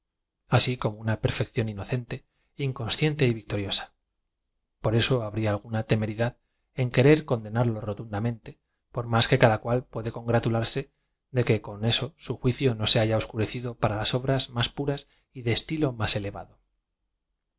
asi como una perfección inocente inconsciente victoriosa por eso habría alguna temeridad en que rer condenarlo rotundamente por más que cada cual puede congratularse de que con eso su juicio no se h a ja oscurecido para las obras más puras de estilo más elevado